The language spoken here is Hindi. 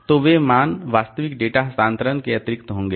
तो वे मान वास्तविक डेटा हस्तांतरण के अतिरिक्त होंगे